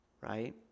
Right